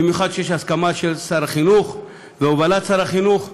במיוחד שיש הסכמה של שר החינוך והובלה של שר החינוך,